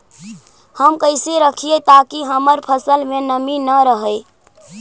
हम कैसे रखिये ताकी हमर फ़सल में नमी न रहै?